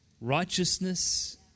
righteousness